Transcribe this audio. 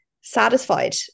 satisfied